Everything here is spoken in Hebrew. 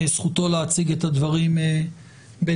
זכותו להציג את הדברים בדרכו.